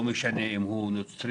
לא משנה אם הוא נוצרי,